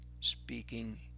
speaking